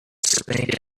spank